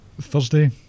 Thursday